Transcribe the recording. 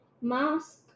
Mask